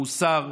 המוסר,